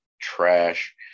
trash